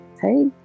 hey